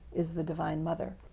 is the divine mother.